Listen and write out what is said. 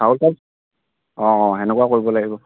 সেনেকুৱা কৰিব লাগিব